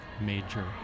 major